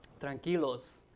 Tranquilos